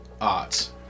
art